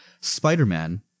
Spider-Man